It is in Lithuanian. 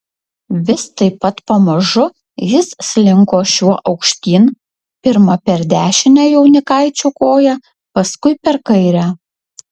vis taip pat pamažu jis slinko šiuo aukštyn pirma per dešinę jaunikaičio koją paskui per kairę